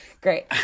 Great